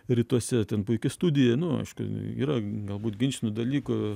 rytuose ten puiki studija nu aišku yra galbūt ginčytinų dalykų